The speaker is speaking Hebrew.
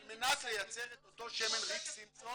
על מנת לייצר את אותו שמן ריק סימפסון